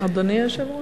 אדוני היושב-ראש?